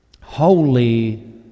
holy